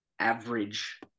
average